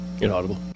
Inaudible